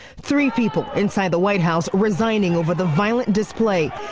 three people inside the white house resigning over the violent display.